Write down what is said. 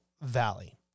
Valley